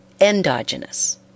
endogenous